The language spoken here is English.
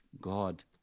God